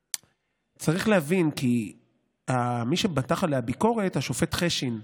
צריך להבין כי מי שמתח עליה ביקורת הוא השופט חשין,